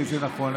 זה נכון,